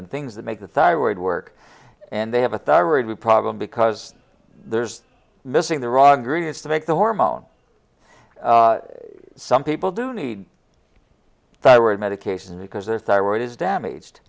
and things that make the thyroid work and they have a thyroid problem because there's missing the wrong griots to make the hormone some people do need thyroid medication because they're thyroid is damaged